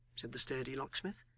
said the sturdy locksmith.